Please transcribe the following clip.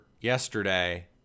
yesterday